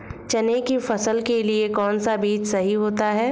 चने की फसल के लिए कौनसा बीज सही होता है?